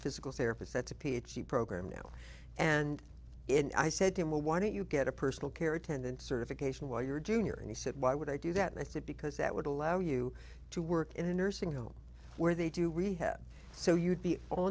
physical therapist that's a ph d program now and i said to him well why don't you get a personal care attendant certification while you're junior and he said why would i do that and i said because that would allow you to work in a nursing home where they do rehab so you'd be